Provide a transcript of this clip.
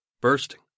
bursting